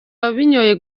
ababinyoye